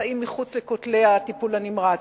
נמצאים מחוץ לטיפול הנמרץ,